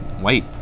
wait